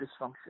dysfunction